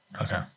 Okay